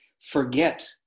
forget